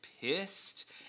pissed